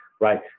right